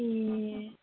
ऐ